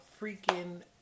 freaking